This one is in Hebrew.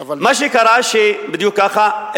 מה שקרה שבדיוק ככה,